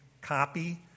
copy